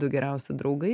du geriausi draugai